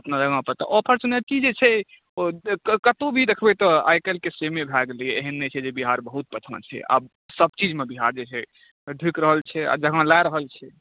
अपना जगह पर तऽ ऑपर्चुनिटी जे छै ओ कतहुँ भी देखबै तऽ आइ काल्हि के समय भए गेलैया एहन नहि छै जे बिहार बहुत पाछाँ छै आब सबचीजमे बिहार जे छै ढुकि रहल छै आ जगह लए रहल छै